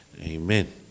Amen